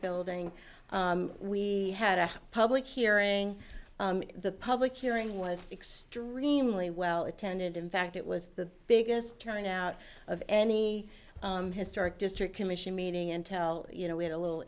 building we had a public hearing the public hearing was extremely well attended in fact it was the biggest turnout of any historic district commission meeting until you know we had a little